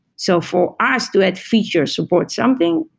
so for ah us, to add feature support something,